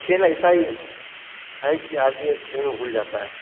खेल ऐसा ही है कि आदमी खेल में भूल जाता है